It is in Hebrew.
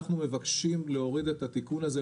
אנחנו מבקשים להוריד את התיקון הזה,